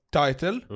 title